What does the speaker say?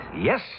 Yes